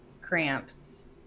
cramps